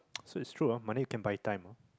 so it's true ah money come buy time ah